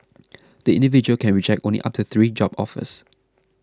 the individual can reject only up to three job offers